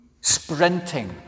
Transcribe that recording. sprinting